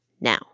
now